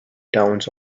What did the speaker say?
towns